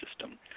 system